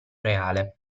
reale